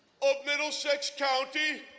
of middlesex county,